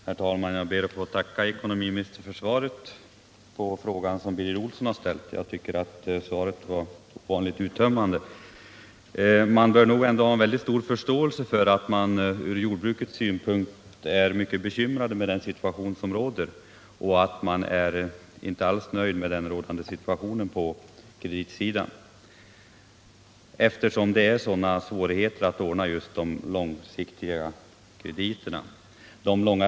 Herr talman! Jag ber att få tacka ekonomiministern för svaret på den fråga som Birger Olsson har framställt. Jag tycker att det var ovanligt uttömmande. Man bör nog ändå ha mycket stor förståelse för att den rådande situationen från jordbrukets synpunkt framstår som mycket bekymmersam och för att jordbrukarna inte alls är nöjda med läget på kreditområdet, speciellt med tanke på svårigheterna att få långsiktiga krediter.